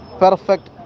perfect